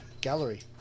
gallery